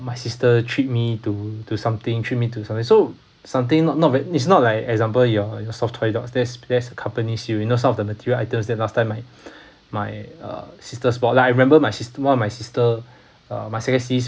my sister treat me to to something threat me to something so something not not that it's not like example your your soft toy dogs that's that's completely silly you know some of the material items that last time my my uh sisters bought lah I remember my sis one of my sister uh my second sis